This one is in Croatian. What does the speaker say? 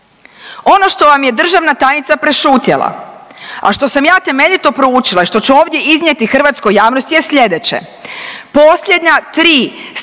Ono što vam je državna tajnica prešutjela, a što sam ja temeljito proučila i što ću ovdje iznijeti hrvatskoj javnosti je slijedeće.